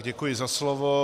Děkuji za slovo.